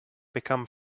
become